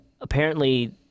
Apparently-